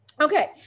Okay